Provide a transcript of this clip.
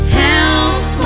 help